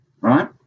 right